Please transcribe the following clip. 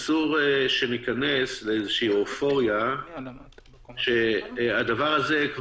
אסור שניכנס לאיזו שהיא אופוריה על הדבר הזה,